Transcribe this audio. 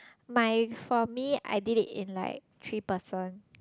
my for me I did it in like three person